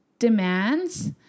demands